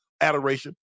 adoration